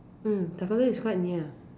mm Dakota is quite near